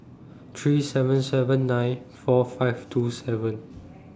three seven seven nine four five two seven